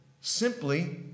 simply